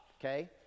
okay